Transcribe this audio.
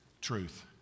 truth